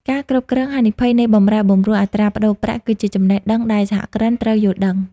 ការគ្រប់គ្រងហានិភ័យនៃបម្រែបម្រួលអត្រាប្តូរប្រាក់ គឺជាចំណេះដឹងដែលសហគ្រិនត្រូវយល់ដឹង។